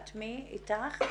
את מאית"ך?